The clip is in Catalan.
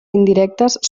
indirectes